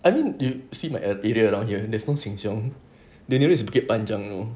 I mean you see my area around down here there's no sheng siong the nearest is bukit panjang mall